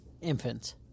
infants